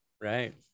Right